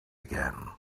again